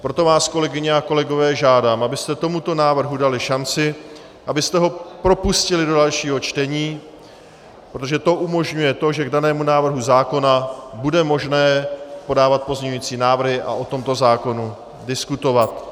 Proto vás, kolegyně a kolegové, žádám, abyste tomuto návrhu dali šanci, abyste ho propustili do dalšího čtení, protože to umožňuje to, že k danému návrhu zákona bude možné podávat pozměňovací návrhy a o tomto zákonu diskutovat.